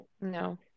No